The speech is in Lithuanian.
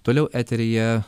toliau eteryje